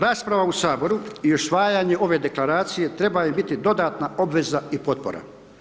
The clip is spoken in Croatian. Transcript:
Rasprava u Saboru i usvajanje ove Deklaracije treba joj biti dodatna obveza i potpora.